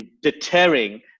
deterring